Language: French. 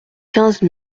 quinze